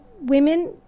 women